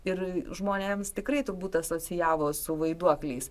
ir žmonėms tikrai turbūt asocijavos su vaiduokliais